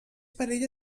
parella